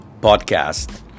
podcast